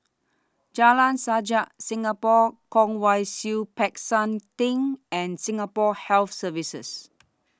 Jalan Sajak Singapore Kwong Wai Siew Peck San Theng and Singapore Health Services